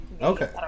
okay